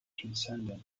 transcendent